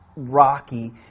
rocky